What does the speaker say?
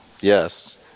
Yes